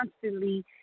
constantly